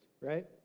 right